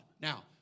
Now